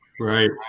right